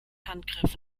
handgriff